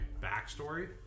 backstory